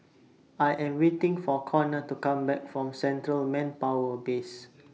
I Am waiting For Conor to Come Back from Central Manpower Base